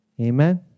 Amen